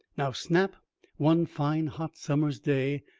now snap one fine, hot, summer's day,